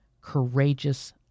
courageous